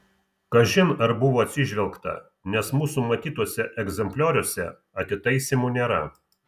kažin ar buvo atsižvelgta nes mūsų matytuose egzemplioriuose atitaisymų nėra